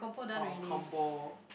orh compo